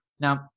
Now